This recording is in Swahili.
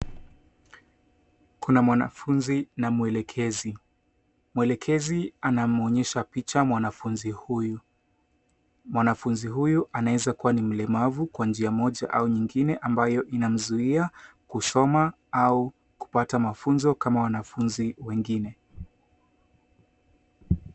Kuna mwanafunzi na mwelekezi. Mwelekezi anamwonyesha picha mwanafunzi huyu. Mwanafunzi huyu anaweza kuwa ni mlemavu kwa njia moja au nyingine ambayo inamzuia kusoma au kupata mafunzo kama wanafunzi wengine.